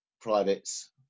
privates